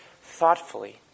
thoughtfully